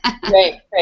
great